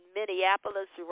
Minneapolis